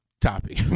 topic